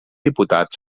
diputat